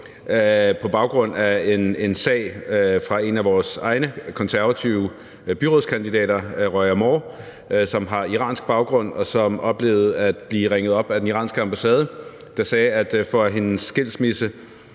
på baggrund af en sag fra en af vores egne konservative byrådskandidater, Roya Moore, som har iransk baggrund, og som oplevede at blive ringet op af den iranske ambassade, der sagde, at for at hendes skilsmisse